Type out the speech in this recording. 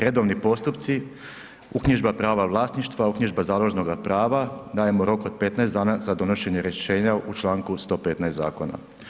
Redovni postupci, uknjižba prava vlasništva, uknjižba založnoga prava, dajemo rok od 15 dana za donošenje rješenja u čl. 115 zakona.